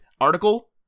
article